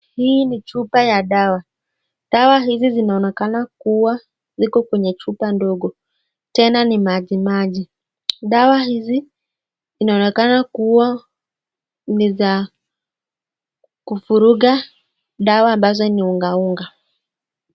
Hii ni chupa ya dawa. Dawa hizi zinaonekana kuwa ziko kwenye chupa ndogo. Tena ni maji maji. Dawa hizi, inaonekana kuwa ni za kuvuruga dawa ambazo ni unga unga.